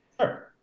Sure